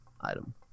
item